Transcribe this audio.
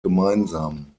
gemeinsam